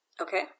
Okay